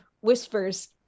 whispers